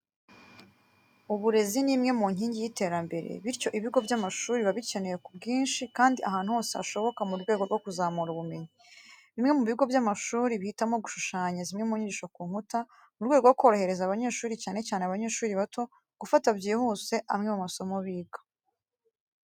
Uburezi ni imwe mu nkingi y'iterambere, bityo ibigo by'amashuri biba bikenewe ku bwinshi kandi ahantu hose hashoboka mu rwego rwo kuzamura ubumenyi. Bimwe mu bigo by'amashuri bihitamo gushushanya zimwe mu nyigisho ku nkuta, mu rwego rwo korohereza abanyeshuri cyane cyane abanyeshuri bato, gufata byihuse amwe mu masomo biga.